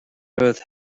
earth